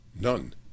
none